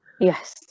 yes